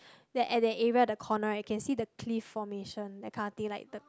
that at that area the corner right can see the cliff formation that kind of thing like the